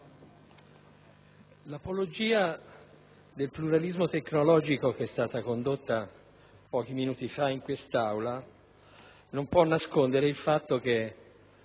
l'apologia del pluralismo tecnologico condotta pochi minuti fa in quest'Aula non può nascondere il fatto che